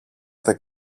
δεν